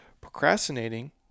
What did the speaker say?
procrastinating